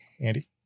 Andy